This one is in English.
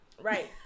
Right